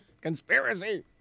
Conspiracy